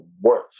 worse